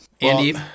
Andy